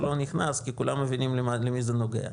לא נכנס כי כולם מבינים למי זה נוגע.